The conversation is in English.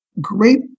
great